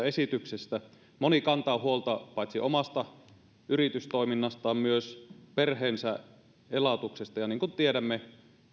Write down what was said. esityksestä moni kantaa huolta paitsi omasta yritystoiminnastaan myös perheensä elatuksesta ja niin kuin tiedämme